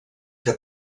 que